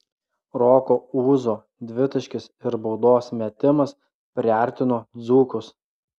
roko ūzo dvitaškis ir baudos metimas priartino dzūkus